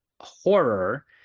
horror